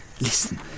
Listen